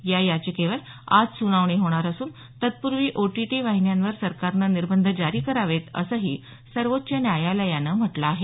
या याचिकेवर आज सुनावणी होणार असून तत्पूर्वी ओटीटी वाहिन्यांवर सरकारनं निर्बंध जारी करावेत असंही सर्वोच्च न्यायालयानं म्हटल आहे